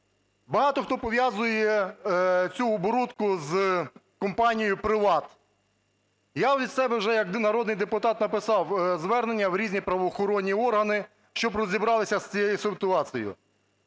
Багато хто пов'язує цю оборудку з компанією "Приват". Я від себе вже як народний депутат написав звернення в різні правоохоронні органи, щоб розібралися з цією ситуацією.